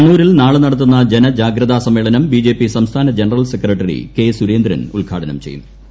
കണ്ണൂരിൽ നാളെ നടത്തുന്ന ജനജാഗ്രതാ സമ്മേളനം ബിജെപി സംസ്ഥാന ജനറൽ സെക്രട്ടറി കെ സുരേന്ദ്രൻ ഉദ്ഘാടനും ച്ചുയ്യും